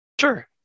Sure